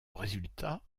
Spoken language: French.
résultat